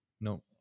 No